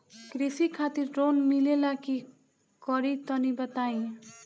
कृषि खातिर लोन मिले ला का करि तनि बताई?